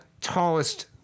tallest